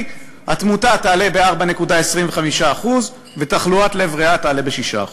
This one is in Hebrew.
התמותה תעלה ב-4.25% ותחלואת לב-ריאה תעלה ב-6%?